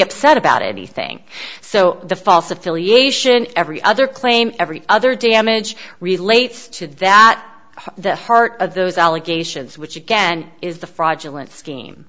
upset about anything so the false affiliation every other claim every other damage relates to that the heart of those allegations which again is the fraudulent scheme